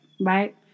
right